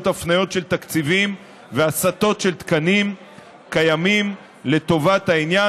הפניות תקציבים והסטות תקנים קיימים לטובת העניין,